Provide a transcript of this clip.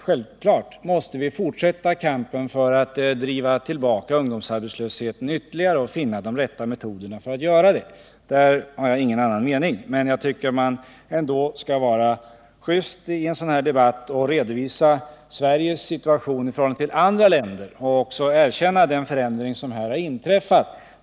Självfallet måste vi fortsätta kampen för att ytterligare driva tillbaka ungdomsarbetslösheten och finna de rätta metoderna härvidlag. Jag har beträffande den saken ingen annan mening än interpellanterna, men jag tycker att man ändå skall vara just i debatten och redovisa Sveriges situation i förhållande till andra länders och också erkänna den förändring som har inträffat.